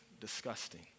disgusting